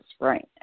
right